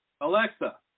Alexa